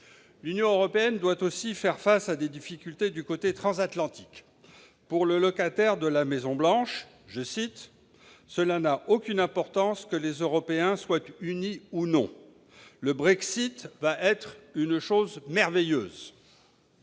L'Union doit aussi faire face à des difficultés du côté transatlantique. Pour le locataire de la Maison-Blanche, « cela n'a aucune importance [...] que les Européens soient unis ou non ».« Le Brexit va être une chose merveilleuse »